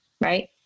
Right